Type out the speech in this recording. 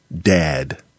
Dad